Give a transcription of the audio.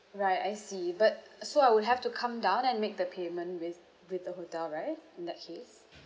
right I see but so I would have to come down and make the payment with with the hotel right in that case